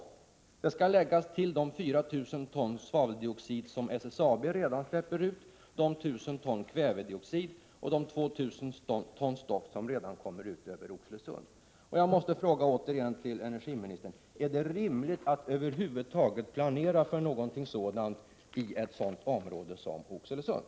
Dessa föroreningar skall läggas till de 4 000 ton svaveldioxid som SSAB redan släpper ut, de 1 000 ton kvävedioxid och de 2 000 ton stoft som redan nu kommer ut över Oxelösund. Återigen måste jag fråga energiministern: Är det rimligt att över huvud taget planera för ett sådant kraftverk i ett område som Oxelösund?